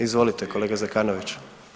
Izvolite kolega Zekanović.